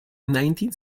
nineteen